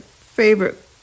favorite